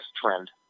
trend